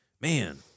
man